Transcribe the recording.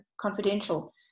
confidential